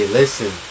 listen